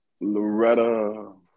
Loretta